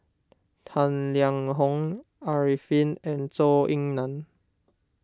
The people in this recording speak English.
Tang Liang Hong Arifin and Zhou Ying Nan